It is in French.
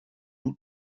août